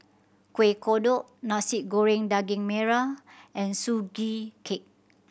Kuih Kodok Nasi Goreng Daging Merah and Sugee Cake